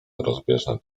rozbieżne